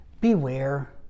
Beware